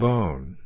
Bone